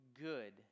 good